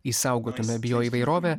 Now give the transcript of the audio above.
išsaugotume bioįvairovę